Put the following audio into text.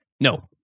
No